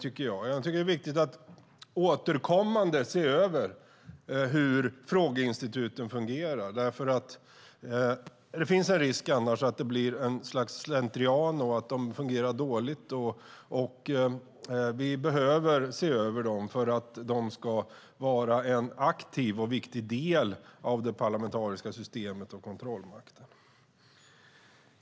Det är viktigt att återkommande se över hur frågeinstituten fungerar. Det finns annars en risk att det blir en slentrian, att de fungerar dåligt. Vi behöver se över dem för att de ska vara en aktiv och viktig del av det parlamentariska systemet och kontrollmakten.